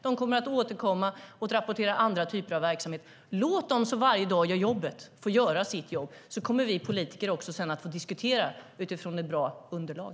De kommer att återkomma och rapportera om andra typer av verksamheter. Låt därför dem som varje dag gör jobbet få göra sitt jobb så kommer vi politiker också att känna att vi diskuterar utifrån ett bra underlag!